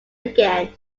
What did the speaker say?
again